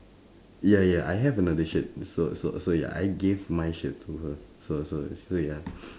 ya ya I have another shirt so so so ya I gave my shirt to her so so so ya